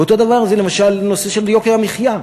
ואותו דבר, למשל, הנושא של יוקר המחיה.